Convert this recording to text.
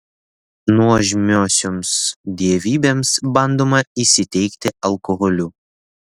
nuožmiosioms dievybėms bandoma įsiteikti alkoholiu